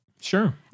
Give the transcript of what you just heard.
Sure